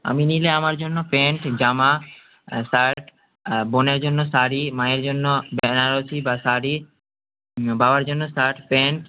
আমি নিলে আমার জন্য প্যান্ট জামা শার্ট আর বোনের জন্য শাড়ি মায়ের জন্য বেনারসি বা শাড়ি বাবার জন্য শার্ট প্যান্ট